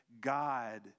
God